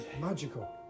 Magical